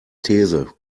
these